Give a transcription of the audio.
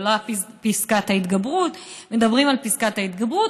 עולה פסקת ההתגברות, מדברים על פסקת ההתגברות.